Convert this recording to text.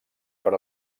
per